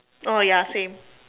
oh ya same